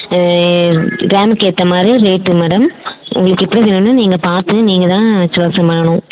ரேம்க்கு ஏற்றா மாரிரி rate madam உங்களுக்கு எப்படி வேணும்னு நீங்கள் பார்த்து நீங்கள் தான் செலெக்ஷன் பண்ணனும்